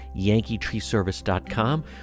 yankeetreeservice.com